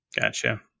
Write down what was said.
Gotcha